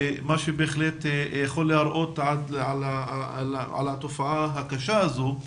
מה שבהחלט יכול להראות על התופעה הקשה הזו.